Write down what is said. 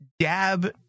Dab